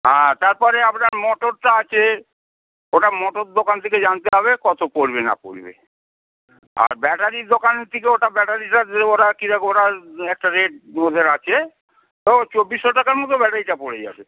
হ্যাঁ তার পরে আপনার মোটরটা আছে ওটা মোটর দোকান থেকে জানতে হবে কত পড়বে না পড়বে আর ব্যাটারির দোকান থেকে ওটা ব্যাটারিটা ওরা কীরকম ওরা একটা রেট ওদের আছে ধরুন চব্বিশশো টাকার মতে ব্যাটারিটা পড়ে যাবে